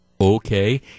Okay